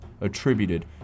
attributed